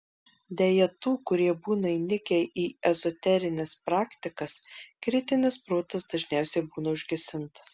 deja tų kurie būna įnikę į ezoterines praktikas kritinis protas dažniausiai būna užgesintas